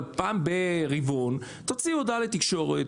אבל פעם ברבעון תוציאו הודעה לתקשורת.